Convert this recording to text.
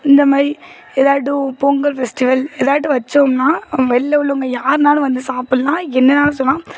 இந்த மாதிரி ஏதாட்டும் பொங்கல் ஃபெஸ்டிவல் ஏதாட்டும் வச்சோம்னால் வெளில உள்ளவங்க யார்னாலும் வந்து சாப்பிட்லாம் என்னனாலும் சொல்லலாம்